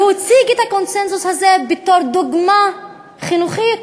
הוא הציג את הקונסנזוס הזה בתור דוגמה חינוכית,